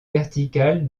vertical